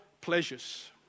pleasures